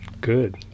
Good